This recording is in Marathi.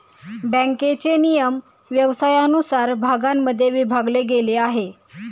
बँकेचे नियमन व्यवसायानुसार भागांमध्ये विभागले गेले आहे